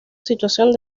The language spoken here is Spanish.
situación